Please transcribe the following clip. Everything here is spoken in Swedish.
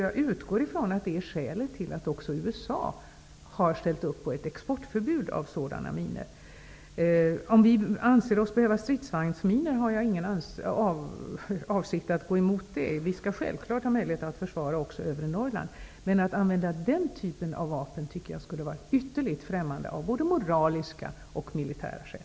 Jag utgår från att det är skälet till att också USA har ställt upp på ett exportförbud av sådana minor. Om man anser sig behöva stridsvagnsminor har jag ingen avsikt att motsätta mig det. Självfallet skall vi ha möjlighet att försvara också övre Norrland, men att använda antipersonella minor tycker jag skulle vara ytterligt främmande, både av moraliska och militära skäl.